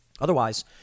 Otherwise